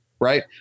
right